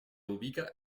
ubica